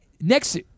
Next